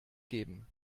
geben